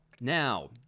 Now